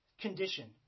condition